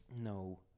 No